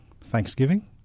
Thanksgiving